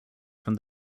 from